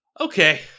Okay